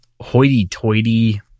hoity-toity